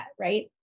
Right